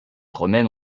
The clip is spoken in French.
romaine